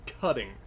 cutting